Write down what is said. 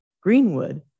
Greenwood